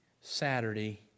Saturday